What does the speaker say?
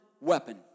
weapon